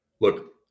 Look